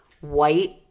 white